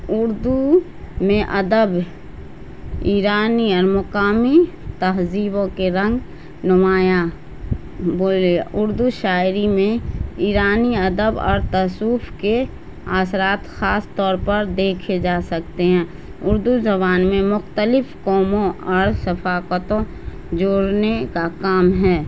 اردو میں ادب ایرانی اور مقامی تہذیبوں کے رنگ نمایاں بولے اردو شاعری میں ایرانی ادب اور تصوف کے اثرات خاص طور پر دیکھے جا سکتے ہیں اردو زبان میں مختلف قوموں اور ثفاقتوں جوڑنے کا کام ہے